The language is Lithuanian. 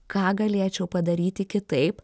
ką galėčiau padaryti kitaip